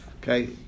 Okay